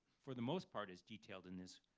for the most part, as detailed in this,